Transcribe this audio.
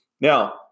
Now